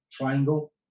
triangle